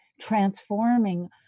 transforming